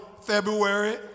February